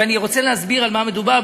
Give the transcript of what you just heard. ואני רוצה להסביר על מה מדובר,